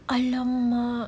!alamak!